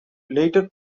later